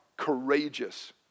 courageous